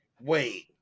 Wait